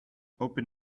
open